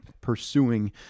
pursuing